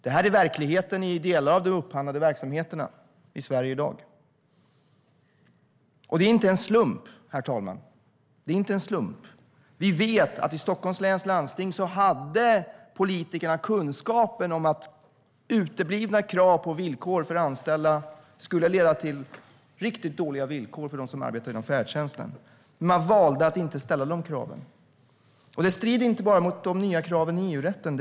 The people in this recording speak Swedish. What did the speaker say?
Det är verkligheten i delar av de upphandlade verksamheterna i dagens Sverige. Det är inte en slump, herr talman. Vi vet att politikerna i Stockholms läns landsting hade kunskap om att uteblivna krav på villkor för anställda skulle leda till riktigt dåliga villkor för dem som arbetade inom färdtjänsten. Men de valde att inte ställa dessa krav. Detta strider inte bara mot de nya kraven i EU-rätten.